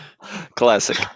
Classic